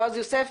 בועז יוסף,